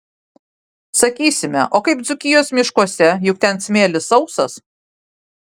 sakysime o kaip dzūkijos miškuose juk ten smėlis sausas